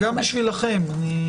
גם בשבילכם.